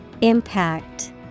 Impact